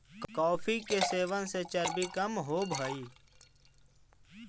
coffee के सेवन से चर्बी कम होब हई